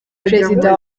perezida